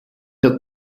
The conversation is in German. der